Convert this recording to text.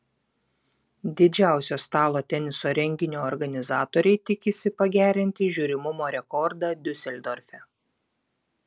didžiausio stalo teniso renginio organizatoriai tikisi pagerinti žiūrimumo rekordą diuseldorfe